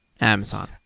Amazon